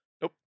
Nope